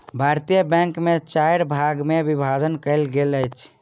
भारतीय बैंक के चाइर भाग मे विभाजन कयल गेल अछि